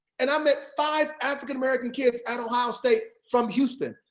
and i met five african american kids at ohio state from houston.